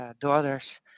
daughters